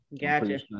Gotcha